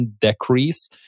decrease